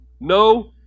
No